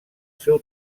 seu